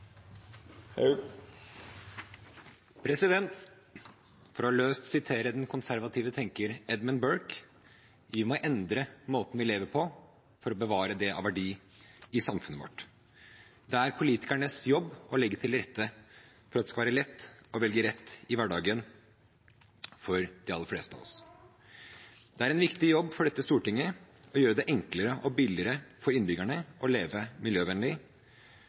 For løst å sitere den konservative tenker Edmund Burke: Vi må endre måten vi lever på, for å bevare det av verdi i samfunnet vårt. Det er politikernes jobb å legge til rette for at det skal være lett å velge rett i hverdagen for de aller fleste av oss. Det er en viktig jobb for dette stortinget å gjøre det enklere og billigere for innbyggerne å leve miljøvennlig,